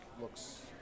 looks